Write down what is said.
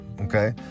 Okay